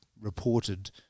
reported